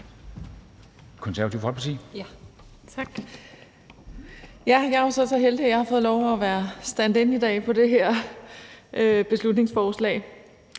jo så så heldig, at jeg har fået lov at være standin i dag på det her beslutningsforslag,